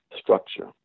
structure